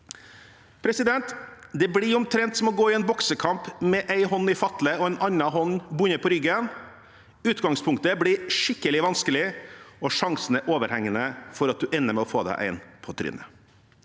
forkastet. Det blir omtrent som å gå i en boksekamp med én hånd i fatle og den andre hånden bundet på ryggen. Utgangspunktet blir skikkelig vanskelig, og sjansen er overhengende for at en ender med å få seg en på trynet.